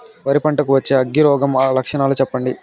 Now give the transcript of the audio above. వరి పంట కు వచ్చే అగ్గి రోగం లక్షణాలు చెప్పండి?